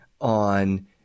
on